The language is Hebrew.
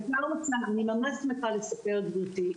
אני ממש שמחה לספר, גברתי,